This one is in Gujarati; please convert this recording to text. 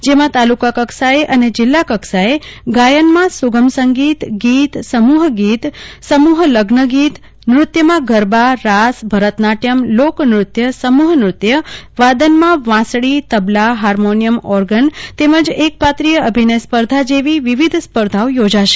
જેમાં તાલુકાકક્ષાએ અને જીલ્લા કક્ષાએ ગાયન સુગમ સંગીત ગીત સમૂહ ગીતસમૂહ લગ્નગીત ફટાણા નૃત્ય ગરબા રાસ ભરતનાટયમ લોકનૃત્ય સમૂહનૃત્ય વાદન વાંસળી તબલા હામોનિયમ ઓરગન અભિનય એકપાત્રીય અભિનય સ્પર્ધા જેવી વિવિધ સ્પર્ધાઓ યોહશે